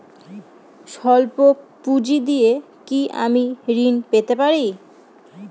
সল্প পুঁজি দিয়ে কি আমি ঋণ পেতে পারি?